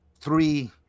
three